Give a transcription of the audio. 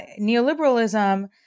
neoliberalism